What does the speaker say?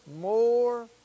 more